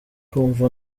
kumva